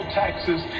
taxes